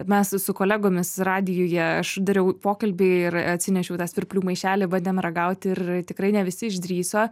mes su kolegomis radijuje aš dariau pokalbį ir atsinešiau tą svirplių maišelį bandėm ragauti ir tikrai ne visi išdrįso